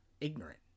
ignorant